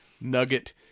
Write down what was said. Nugget